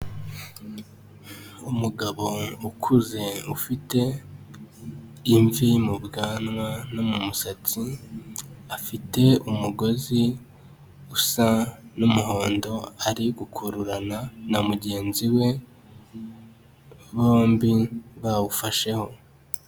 Umugabo ukuze ufite imvi mu bwanwa no mu musatsi, afite umugozi usa n'umuhondo ari gukururana na mugenzi we bombi bawufasheho.